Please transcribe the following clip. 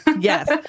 Yes